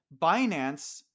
Binance